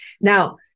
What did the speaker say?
Now